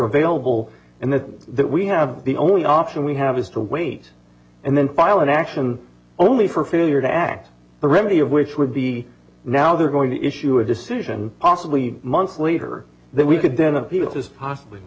available and then that we have the only option we have is to wait and then file an action only for failure to act a remedy of which would the now they're going to issue a decision possibly months later that we could then appeal this possibly